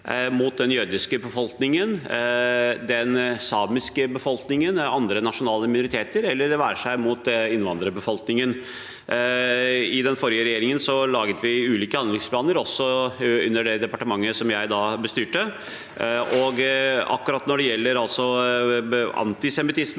mot den jødiske befolkningen, den samiske befolkningen, andre nasjonale minoriteter eller innvandrerbefolkningen. I den forrige regjeringen lagde vi ulike handlingsplaner, også i det departementet jeg da bestyrte. Når det gjelder antisemittisme,